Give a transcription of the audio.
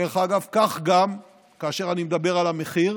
דרך אגב, כך גם כאשר אני מדבר על המחיר,